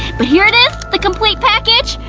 but here it is, the complete package!